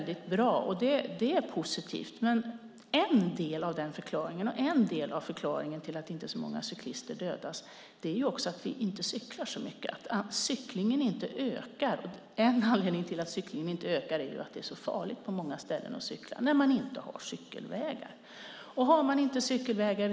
Det är positivt, men en del av förklaringen till att inte så många cyklister dödas är att vi inte cyklar så mycket. Cyklingen ökar inte, och en anledning till det är att det på många ställen är farligt att cykla för att det inte finns cykelvägar.